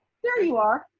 there you are!